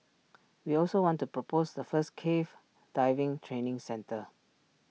we also want to propose the first cave diving training centre